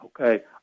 Okay